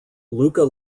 luka